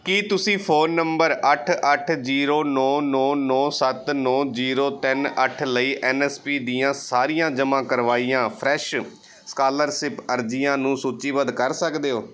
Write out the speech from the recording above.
ਕੀ ਤੁਸੀਂ phone number ਅੱਠ ਅੱਠ ਜ਼ੀਰੋ ਨੌਂ ਨੌਂ ਨੌਂ ਸੱਤ ਨੌਂ ਜ਼ੀਰੋ ਤਿੰਨ ਅੱਠ ਲਈ ਐਨ ਐਸ ਪੀ ਦੀਆਂ ਸਾਰੀਆਂ ਜਮ੍ਹਾਂ ਕਰਵਾਈਆਂ ਫਰੈਸ਼ ਸਕਾਲਰਸਿਪ ਅਰਜ਼ੀਆਂ ਨੂੰ ਸੂਚੀਬੱਧ ਕਰ ਸਕਦੇ ਹੋ